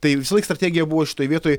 tai visąlaik strategija buvo šitoj vietoj